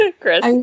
Chris